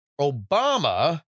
Obama